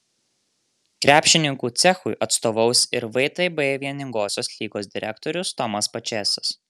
krepšininkų cechui atstovaus ir vtb vieningosios lygos direktorius tomas pačėsas